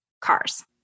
cars